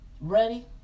ready